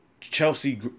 Chelsea